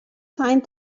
find